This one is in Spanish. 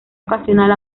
ocasional